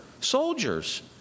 Soldiers